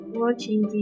watching